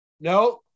No